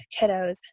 kiddos